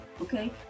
okay